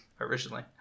originally